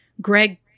Greg